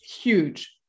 huge